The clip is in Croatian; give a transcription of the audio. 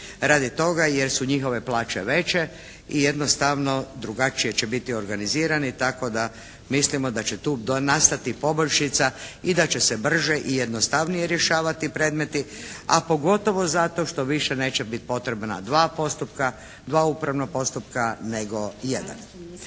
radi toga jer su njihove plaće veće i jednostavno drugačije će biti organizirani tako da mislimo da će tu nastati poboljšica i da će se brže i jednostavnije rješavati predmeti a pogotovo zato što više neće biti potrebna dva postupka, dva upravna postupka nego jedan.